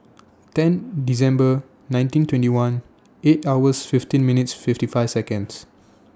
ten December nineteen twenty one eight hours fifteen minutes fifty five Seconds